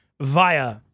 via